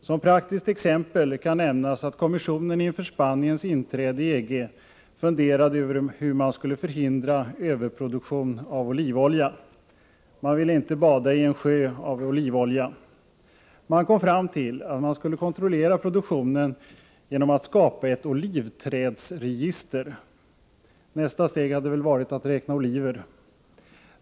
Som praktiskt exempel kan nämnas att kommissionen inför Spaniens inträde i EG funderade över hur man skulle förhindra överproduktion av olivolja. Man ville inte bada i en sjö av olivolja. Man kom fram till att man skulle kontrollera produktionen genom att skapa ett olivträdsregister. Nästa steg hade väl varit att räkna oliver.